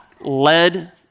led